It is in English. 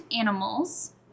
animals